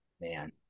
Man